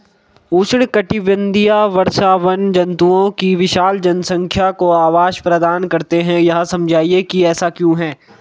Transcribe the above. उष्णकटिबंधीय वर्षावन जंतुओं की विशाल जनसंख्या को आवास प्रदान करते हैं यह समझाइए कि ऐसा क्यों है?